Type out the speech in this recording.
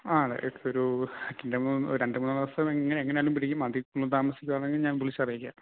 ആ അതെ ഒരൂ രണ്ട്മൂന്ന് രണ്ട് മൂന്ന് ദിവസം എങ്ങനെ എങ്ങനെ ആയാലും പിടിക്കും അതിൽ കൂടുതൽ താമസിക്കുവാണെങ്കിൽ ഞാൻ വിളിച്ചറിയിക്കാം